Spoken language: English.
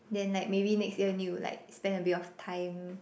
then like maybe next year need to like spend a bit of time